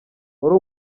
wari